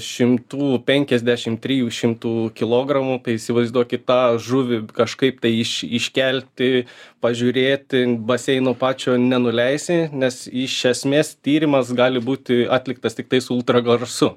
šimtų penkiasdešim trijų šimtų kilogramų tai įsivaizduokit tą žuvį kažkaip tai iš iškelti pažiūrėti baseino pačio nenuleisi nes iš esmės tyrimas gali būti atliktas tiktai su ultragarsu